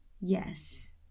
Yes